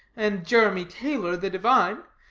and jeremy taylor the divine,